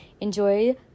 enjoy